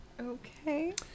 Okay